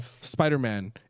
spider-man